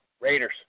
Raiders